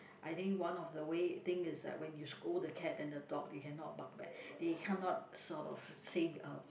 I think one of the way thing is like when you scold the cat and the dog they cannot bark back they cannot sort of say uh